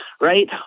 right